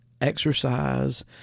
exercise